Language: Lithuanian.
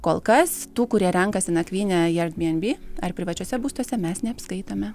kol kas tų kurie renkasi nakvynę air bnb ar privačiuose būstuose mes neapskaitome